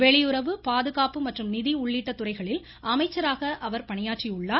வெளியுறவு பாதுகாப்பு மற்றும் நிதி உள்ளிட்ட துறைகளில் அமைச்சராக அவர் பணியாற்றியுள்ளார்